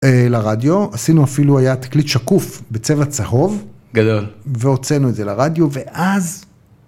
לרדיו, עשינו אפילו היה תקליט שקוף בצבע צהוב. גדול. והוצאנו את זה לרדיו, ואז...